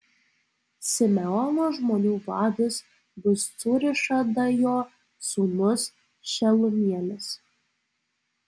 simeono žmonių vadas bus cūrišadajo sūnus šelumielis